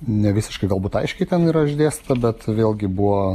ne visiškai galbūt aiškiai ten yra išdėstyta bet vėlgi buvo